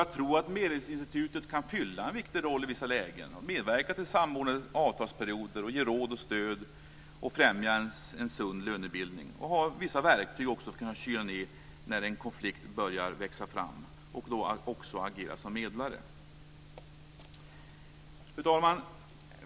Jag tror att medlingsinstitutet kan fylla en viktig roll i vissa lägen för att medverka till samordnade avtalsperioder, ge råd och stöd, främja en sund lönebildning och ha verktyg för att kunna kyla ned när en konflikt börjar växa fram och också agera som medlare. Fru talman!